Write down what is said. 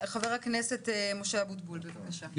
חבר הכנסת משה אבוטבול, בבקשה.